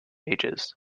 ages